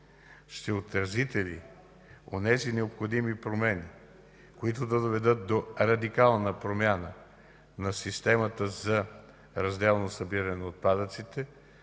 ще отразите ли онези необходими промени, които да доведат до радикална промяна на системата за разделно събиране на отпадъците,